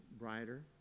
brighter